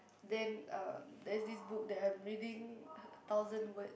then uh there's this book that I'm reading a thousand word